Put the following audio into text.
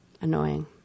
Annoying